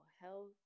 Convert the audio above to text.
health